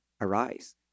arise